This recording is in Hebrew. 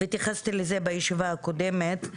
והתייחסתי לזה בישיבה הקודמת,